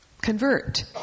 Convert